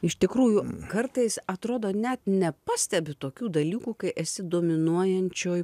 iš tikrųjų kartais atrodo net nepastebi tokių dalykų kai esi dominuojančioj